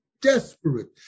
desperate